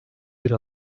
bir